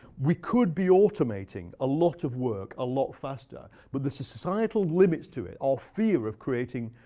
we could be automating a lot of work a lot faster, but the societal limits to it, our fear of creating